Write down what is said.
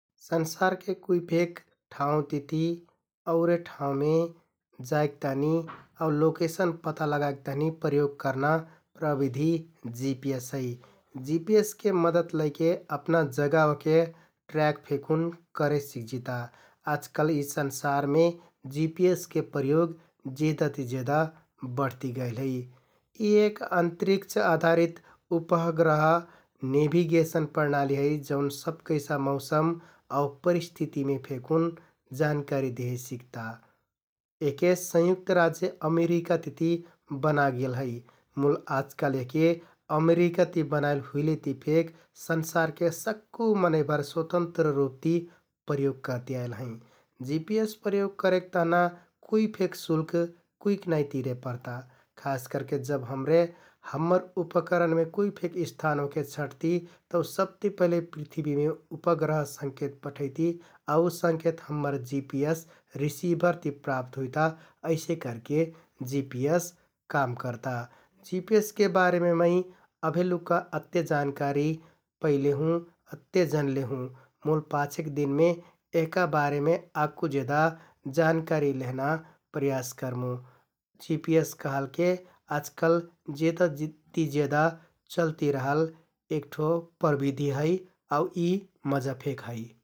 संसारके कुइ फेक ठाउँतिति औरे ठाउँमे जाइक तहनि आउ लोकेसन पता लगाइक तहनि प्रयोग करना प्रविधि जिपिएस है । जिपिएसके मदत लैके अपना जगह ओहके ट्रयाक फेकुन करे सिकजिता । आजकाल यि संसारमे जिपिएसके प्रयोग जेदा ति जेदा बढतिगैल है । यि एक अन्तरिक्ष आधारित उपग्रह नेभिगेसन प्रणाली है जौन सब कैसा मौसम आउ परिस्थितीमे फेकुन जानकारी देहे सिकता । एहके संयुक्त राज्य अमेरिका तिति बनागेल है मुल आजकाल यहके अमेरिका ति बनाइल हुइलेति फेक संसारके सक्कु मनैंभर स्वतन्त्र रुपति प्रयोग करति आइल हैं । जिपिएस प्रयोग करेक तहना कुइ फेक शुल्क कुइक नाइ तिरे परता । खास करके जब हमरे हम्मर उपकरणमे कुइ फेक स्थान ओहके छँटति तौ सबति पहिले पृथ्वीमे उपग्रह संकेत पठैति आउ उ संकेत हम्मर जिपिएस रिसिभरति प्राप्त हुइता । अइसे करके जिपिएस काम करता । जिपिएसके बारेमे मै अभेलुक्का अत्ते जानकारी पैले हुँ, अत्ते जनले हुँ । मुल पाछेक दिनमे यहका बारेमे आकु जेदा जानकारी लेहना प्रयास करमुँ । जिपिएस कहलके आजकाल जेदा ति जेदा चलति रहल एक ठो प्रबिधि है आउ यि मजा फेक है ।